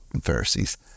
Pharisees